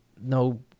no